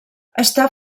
està